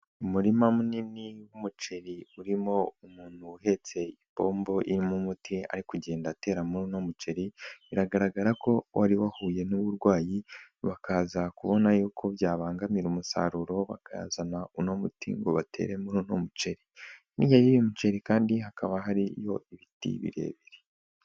Umurima munini w'umuceri urimo umuntu uhetse ipombo irimo umuti ari kugenda atera muri uno muceri, biragaragara ko wari wahuye n'uburwayi, bakaza kubona yuko byabangamira umusaruro, bakazana uno muti ngo batere muri uno muceri, hirya y'uyu muceri kandi hakaba hariyo ibiti birebire.